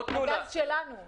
הגז הוא שלנו.